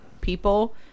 people